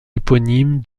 éponyme